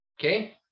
Okay